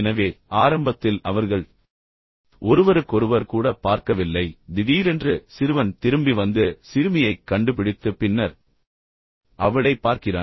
எனவே ஆரம்பத்தில் அவர்கள் ஒருவருக்கொருவர் கூட பார்க்கவில்லை திடீரென்று சிறுவன் திரும்பி வந்து சிறுமியைக் கண்டுபிடித்து பின்னர் அவளைப் பார்க்கிறான்